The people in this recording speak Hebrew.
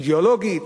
אידיאולוגית,